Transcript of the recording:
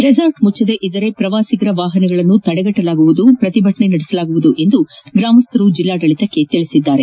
resort ಮುಚ್ಧದಿದ್ದರೆ ಕ್ರವಾಸಿಗರ ವಾಹನಗಳನ್ನು ತಡೆಗಟ್ಟಲಾಗುವುದು ಅಲ್ಲದೆ ಪ್ರತಿಭಟನೆ ನಡೆಸಲಾಗುವುದು ಎಂದು ಗ್ರಾಮಸ್ಥರು ಜಿಲ್ಲಾಡಳತಕ್ಕೆ ತಿಳಿಸಿದ್ದಾರೆ